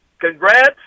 Congrats